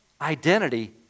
identity